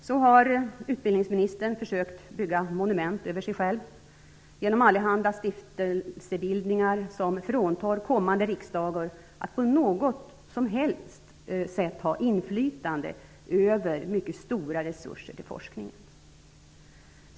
Så har utbildningsministern försökt bygga monument över sig själv genom allehanda stiftelsebildningar som fråntar kommande riksdagar möjligheten att ha något som helst inflytande över mycket stora resurser till forskningen.